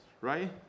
right